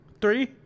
three